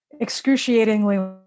Excruciatingly